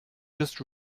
just